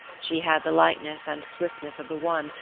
she had the lightness and swiftness of the one,